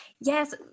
yes